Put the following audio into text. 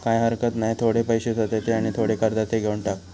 काय हरकत नाय, थोडे पैशे स्वतःचे आणि थोडे कर्जाचे घेवन टाक